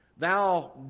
thou